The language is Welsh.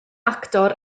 actor